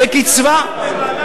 כקצבה,